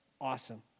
Awesome